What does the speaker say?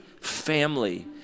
family